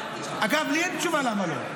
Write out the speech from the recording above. אגב, לי אין תשובה למה לא.